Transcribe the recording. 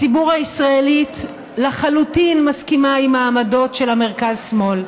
הציבור הישראלית לחלוטין מסכימה עם העמדות של המרכז-שמאל.